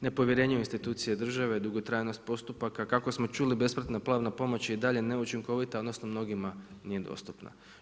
Nepovjerenje u institucije države, dugotrajnost postupaka, kako smo čuli besplatna pravna pomoć je i dalje neučinkovita, odnosno mnogima nije dostupna.